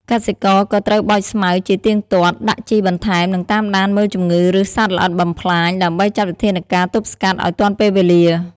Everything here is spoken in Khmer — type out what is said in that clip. កសិករក៏ត្រូវបោចស្មៅជាទៀងទាត់ ដាក់ជីបន្ថែម និងតាមដានមើលជំងឺឬសត្វល្អិតបំផ្លាញ ដើម្បីចាត់វិធានការទប់ស្កាត់ឱ្យទាន់ពេលវេលា។